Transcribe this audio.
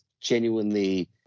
genuinely